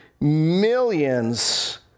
millions